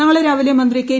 നാളെ രാവിലെ മന്ത്രി കെ